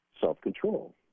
self-control